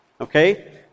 Okay